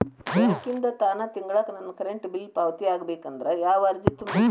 ಬ್ಯಾಂಕಿಂದ ತಾನ ತಿಂಗಳಾ ನನ್ನ ಕರೆಂಟ್ ಬಿಲ್ ಪಾವತಿ ಆಗ್ಬೇಕಂದ್ರ ಯಾವ ಅರ್ಜಿ ತುಂಬೇಕ್ರಿ?